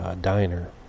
diner